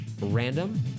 random